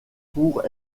pour